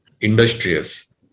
industrious